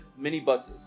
minibuses